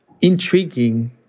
intriguing